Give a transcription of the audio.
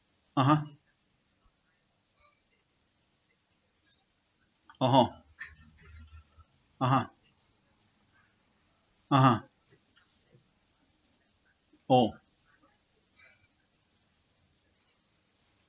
!oho! (uh huh) (uh huh) oh